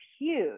huge